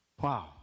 Wow